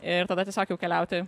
ir tada tiesiog jau keliauti